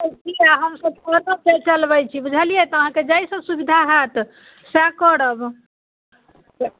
ठीक अइ हम सब ऑटो फेर चलबैत छी बुझलियै तऽ आहाँकेँ जाहिसँ सुविधा होएत सएह करब